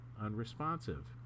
unresponsive